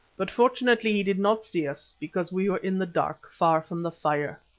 but fortunately he did not see us, because we were in the dark far from the fire.